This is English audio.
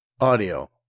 AUDIO